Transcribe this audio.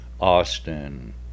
Austin